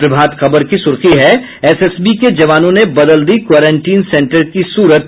प्रभात खबर की सुर्खी है एसएसबी के जवानों ने बदल दी क्वारेंटीन सेंटर की सूरत